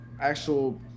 actual